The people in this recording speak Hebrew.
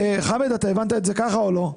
חמד, אתה הבנת את זה ככה או לא?